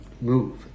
move